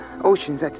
oceans